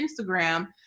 instagram